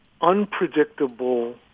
unpredictable